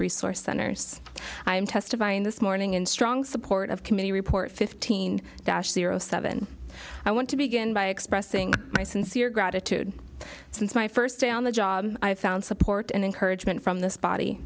resource centers i am testifying this morning in strong support of committee report fifteen daschle or zero seven i want to begin by expressing my sincere gratitude since my first day on the job i have found support and encouragement from this body